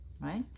right